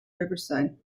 riverside